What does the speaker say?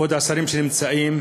כבוד השרים שנמצאים,